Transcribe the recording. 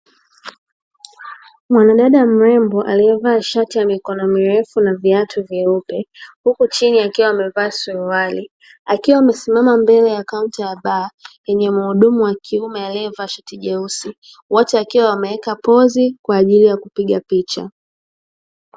Mwanadada mrembo aliyevaa shati ya mikono mirefu na viatu vyeupe, huku chini akiwa amevaa suruali, akiwa amesimama mbele ya kaunta ya baa yenye mhudumu wa kiume, aliyevaa shati jeusi, wote wakiwa wameweka pozi kwa ajili ya kupiga picha.